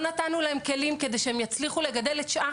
לא נתנו להם כלים כדי שהם יצליחו לגדל את שאר